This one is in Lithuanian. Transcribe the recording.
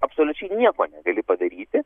absoliučiai nieko negali padaryti